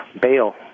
bail